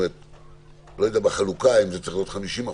אני לא יודע אם בחלוקה זה צריך להיות 50%-50%